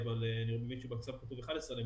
מדובר בבקשה של משרד